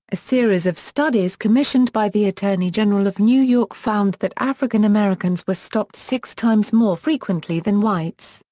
a series of studies commissioned by the attorney general of new york found that african americans were stopped six times more frequently than whites,